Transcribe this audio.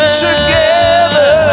together